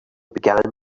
began